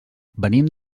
venim